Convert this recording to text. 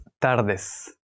tardes